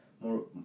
more